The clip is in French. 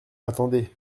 attendez